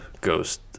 ghost